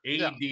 AD